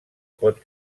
pot